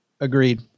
Agreed